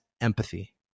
empathy